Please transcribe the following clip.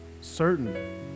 certain